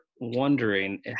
wondering